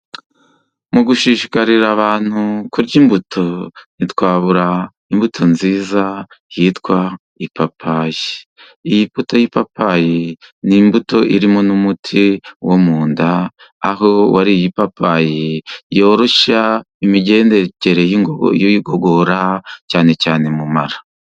Mu gushishikarira abantu kurya imbuto, ntitwabura imbuto nziza yitwa ipapayi. Iyi mbuyo y'ipapayi ni imbuto irimo n'umuti wo mu nda, aho uwariye ipapayi yoroshya imigendekere y'igogora cyane cyane mu mara.